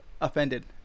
offended